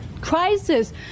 crisis